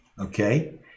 Okay